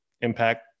impact